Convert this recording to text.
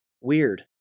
Weird